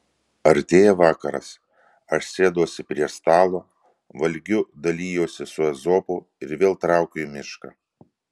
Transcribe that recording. artėja vakaras aš sėduosi prie stalo valgiu dalijuosi su ezopu ir vėl traukiu į mišką